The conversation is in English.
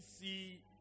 see